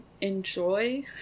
enjoy